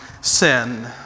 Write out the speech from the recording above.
sin